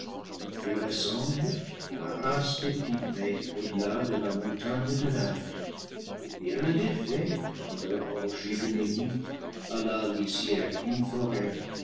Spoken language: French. ils ressemblent à la race des pygmées au-delà de la montagne de l'inde ou bien à des fées dans leur orgie de minuit à la lisière d'une forêl